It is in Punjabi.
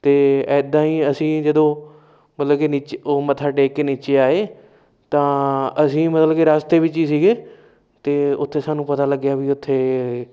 ਅਤੇ ਇੱਦਾਂ ਹੀ ਅਸੀਂ ਜਦੋਂ ਮਤਲਬ ਕਿ ਨੀਚ ਉਹ ਮੱਥਾ ਟੇਕ ਕੇ ਨੀਚੇ ਆਏ ਤਾਂ ਅਸੀਂ ਮਤਲਬ ਕਿ ਰਸਤੇ ਵਿੱਚ ਹੀ ਸੀਗੇ ਅਤੇ ਉੱਥੇ ਸਾਨੂੰ ਪਤਾ ਲੱਗਿਆ ਵੀ ਉੱਥੇ